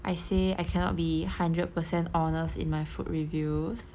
I say I cannot be hundred percent honest in my food reviews